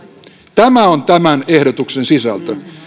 tämä on tämän ehdotuksen sisältö